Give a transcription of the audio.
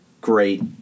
Great